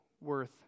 worth